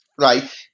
right